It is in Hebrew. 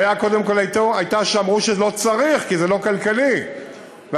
הבעיה קודם כול הייתה שאמרו שלא צריך כי זה לא כלכלי לעשות